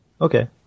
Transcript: Okay